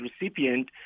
recipient